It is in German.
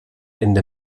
ende